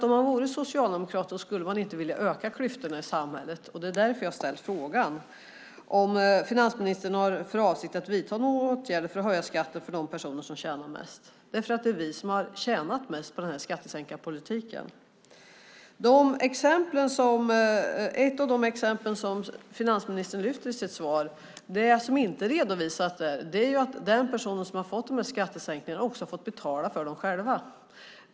Om han vore socialdemokrat skulle han inte vilja öka klyftorna i samhället. Det är därför jag har ställt frågan om finansministern har för avsikt att vidta några åtgärder för att höja skatten för de personer som tjänar mest. Det är vi som har tjänat mest på skattesänkarpolitiken. Finansministern lyfter ett antal exempel i sitt svar. Det som inte är redovisat är att de personer som har fått skattesänkningarna också har fått betala för dem själva.